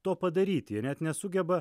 to padaryti jie net nesugeba